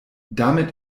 damit